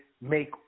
make